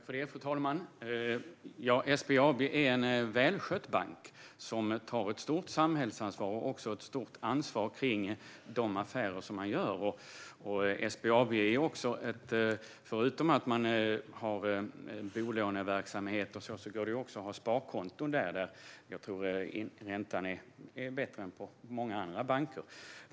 Fru talman! SBAB är en välskött bank som tar ett stort samhällsansvar och också ett stort ansvar för de affärer man gör. Förutom att SBAB har bolåneverksamhet går det att ha sparkonton, där jag tror att räntan är bättre än hos många andra banker.